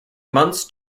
months